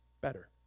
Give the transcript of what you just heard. better